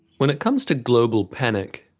when it comes to global panic,